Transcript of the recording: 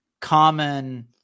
common